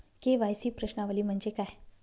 KYC प्रश्नावली म्हणजे काय?